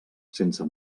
sense